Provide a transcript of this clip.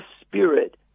spirit